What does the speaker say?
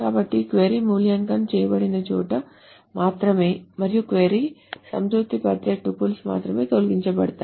కాబట్టి క్వరీ మూల్యాంకనం చేయబడిన చోట మాత్రమే మరియు క్వరీను సంతృప్తిపరిచే టపుల్స్ మాత్రమే తొలగించబడతాయి